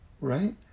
Right